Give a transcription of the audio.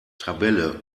tabelle